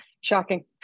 Shocking